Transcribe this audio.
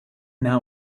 now